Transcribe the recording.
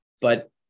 but-